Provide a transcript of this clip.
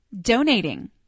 donating